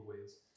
ways